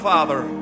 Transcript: Father